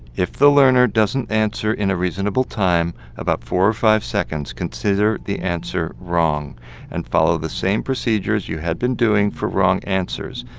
if the learner doesn't answer in a reasonable time, about four or five seconds, consider the answer wrong and follow the same procedures you had been doing for wrong answers.